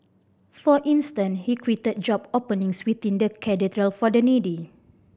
for instant he created job openings within the Cathedral for the needy